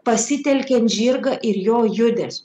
pasitelkiant žirgą ir jo judesiu